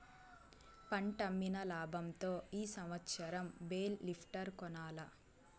పంటమ్మిన లాబంతో ఈ సంవత్సరం బేల్ లిఫ్టర్ కొనాల్ల